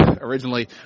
originally